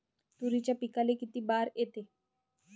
तुरीच्या पिकाले किती बार येते?